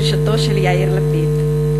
בראשותו של יאיר לפיד.